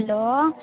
hello